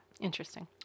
Interesting